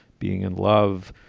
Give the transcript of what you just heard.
being in love,